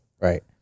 Right